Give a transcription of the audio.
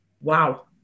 wow